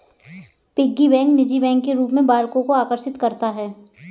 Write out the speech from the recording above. piggy bank निजी bank के रूप में बालकों को आकर्षित करता है